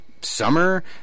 summer